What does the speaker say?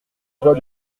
vois